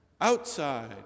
Outside